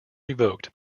revoked